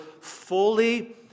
fully